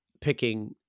picking